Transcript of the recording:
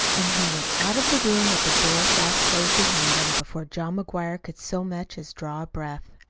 and he was out of the room with the door fast closed behind him before john mcguire could so much as draw a breath.